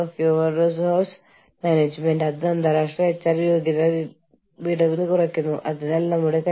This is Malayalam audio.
ഒരു ഡയറക്ടർ ബോർഡ് മാത്രവും ജീവനക്കാരുടെ ഒന്നോ രണ്ടോ പ്രതിനിധികൾ മാത്രമേ അവിടെയുള്ളൂ